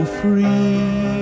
free